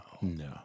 No